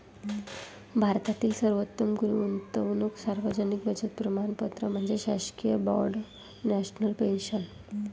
भारतातील सर्वोत्तम गुंतवणूक सार्वजनिक बचत प्रमाणपत्र म्हणजे शासकीय बाँड नॅशनल पेन्शन